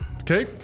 Okay